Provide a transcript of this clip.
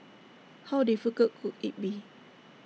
how difficult could IT be